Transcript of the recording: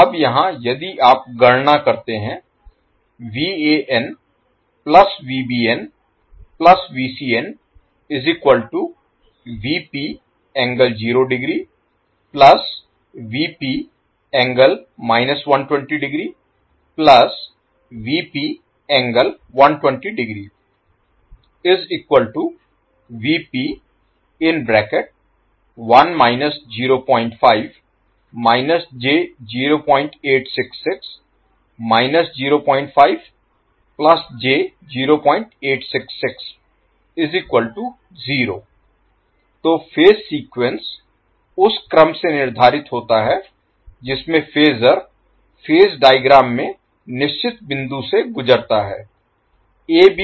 तो अब यहाँ यदि आप गणना करते हैं तो फेज सीक्वेंस उस क्रम से निर्धारित होता है जिसमें फेजर फेज डायग्राम में निश्चित बिंदु से गुजरता है